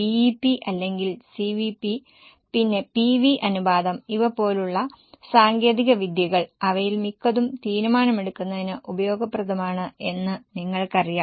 BEP അല്ലെങ്കിൽ CVP പിന്നെ PV അനുപാതം ഇവ പോലുള്ള സാങ്കേതിക വിദ്യകൾ അവയിൽ മിക്കതും തീരുമാനമെടുക്കുന്നതിന് ഉപയോഗപ്രദമാണ് എന്ന് നിങ്ങൾക്കറിയാം